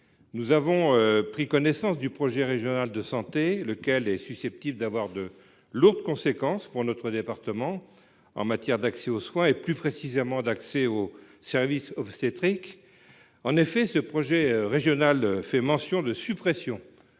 récemment pris connaissance du projet régional de santé, qui est susceptible d’avoir de lourdes conséquences pour notre département en matière d’accès aux soins et plus précisément aux services obstétriques. Il fait en effet mention de suppressions